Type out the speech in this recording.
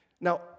Now